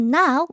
now